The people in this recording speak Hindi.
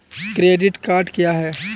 क्रेडिट कार्ड क्या है?